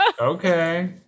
Okay